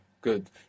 Good